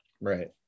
Right